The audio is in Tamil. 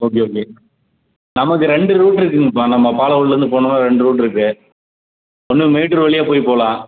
ஓகே ஓகே நமக்கு ரெண்டு ரூட் இருக்குதுங்கபா நம்ம பாலகோட்லருந்து போனாவே ரெண்டு ரூட்டிருக்கு ஒன்று மேட்டூர் வழியா போய் போகலாம்